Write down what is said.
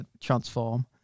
transform